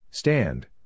Stand